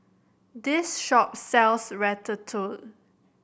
this shop sells Ratatouille